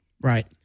Right